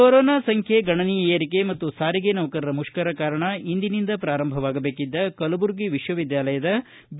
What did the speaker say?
corona ಸಂಖ್ಯೆ ಗಣನೀಯ ಏರಿಕೆ ಮತ್ತು ಸಾರಿಗೆ ನೌಕರರ ಮುಷ್ಕರ ಕಾರಣ ಇಂದಿನಿಂದ ಪ್ರಾರಂಭವಾಗಬೇಕಿದ್ದ ಕಲಬುರಗಿ ವಿಶ್ವವಿದ್ಯಾಲಯದ ಬಿ